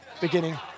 beginning